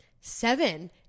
seven